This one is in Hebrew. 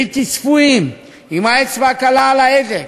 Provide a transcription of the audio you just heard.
בלתי צפויים, עם אצבע קלה על ההדק,